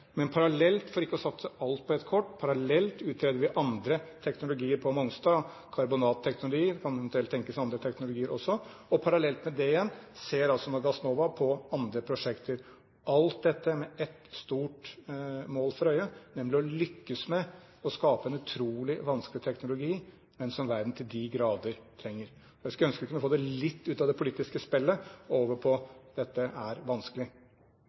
Men parallelt, for ikke å satse alt på ett kort, utreder vi andre teknologier på Mongstad, karbonatteknologi – det kan eventuelt tenkes andre teknologier også – og parallelt med det igjen ser altså nå Gassnova på andre prosjekter, alt dette med ett stort mål for øye, nemlig å lykkes med å skape en utrolig vanskelig teknologi, men som verden til de grader trenger. Jeg skulle ønske at vi kunne få dette litt ut av det politiske spillet og over på at dette er vanskelig.